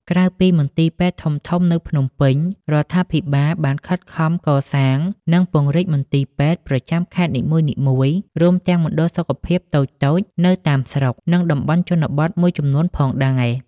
ក្រៅពីមន្ទីរពេទ្យធំៗនៅភ្នំពេញ រដ្ឋាភិបាលបានខិតខំកសាង និងពង្រីកមន្ទីរពេទ្យប្រចាំខេត្តនីមួយៗ រួមទាំងមណ្ឌលសុខភាពតូចៗនៅតាមស្រុក និងតំបន់ជនបទមួយចំនួនផងដែរ។